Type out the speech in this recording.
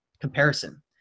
Comparison